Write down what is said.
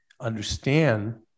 understand